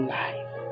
life